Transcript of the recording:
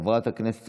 חבר הכנסת